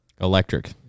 electric